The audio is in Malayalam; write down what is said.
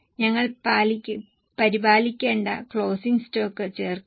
ഞങ്ങൾ പരിപാലിക്കേണ്ട ക്ലോസിംഗ് സ്റ്റോക്ക് ചേർക്കും